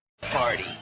Party